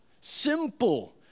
simple